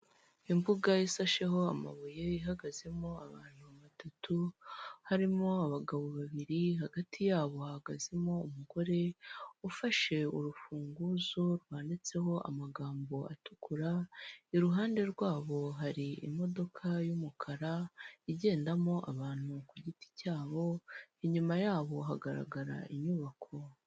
Imbuga isasheho amabuye, ihagazemo abantu batatu, harimo abagabo babiri hagati yabo bahagazemo umugore ufashe urufunguzo rwanditseho amagambo atukura, iruhande rwabo hari imodoka y'umukara igendamo abantu ku giti cyabo inyuma yabo hagaragara inyubako.